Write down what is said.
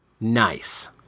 Nice